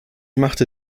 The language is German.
machte